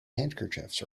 handkerchiefs